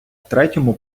третьому